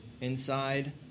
inside